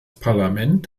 parlament